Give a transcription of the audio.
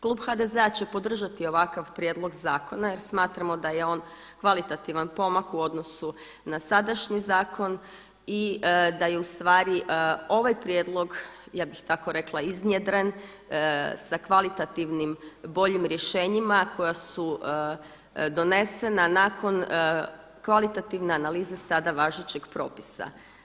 Klub HDZ-a će podržati ovakav prijedlog zakona jer smatramo da je on kvalitativan pomak u odnosu na sadašnji zakon i da je u stvari ovaj prijedlog ja bih tako rekla iznjedren sa kvalitativnim boljim rješenjima koja su donesena nakon kvalitativne analize sada važećeg propisa.